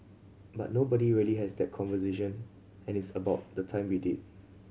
but nobody really has that conversation and it's about the time we did